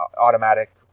automatic